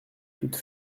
toute